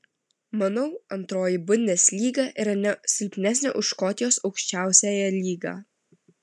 manau antroji bundeslyga yra ne silpnesnė už škotijos aukščiausiąją lygą